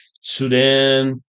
Sudan